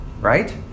Right